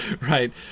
right